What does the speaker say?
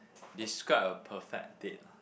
describe a prefect date